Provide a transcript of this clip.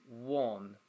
one